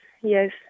yes